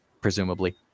presumably